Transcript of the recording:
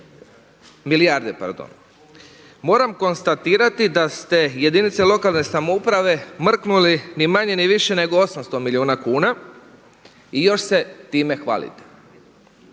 milijarde. Moram konstatirati da ste jedinica lokalne samouprave mrknuli ni manje ni više nego 800 milijuna kuna i još se time hvalite.